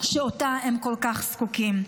שלה הם כל כך זקוקים.